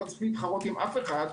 שלא צריך להתחרות עם אף אחד,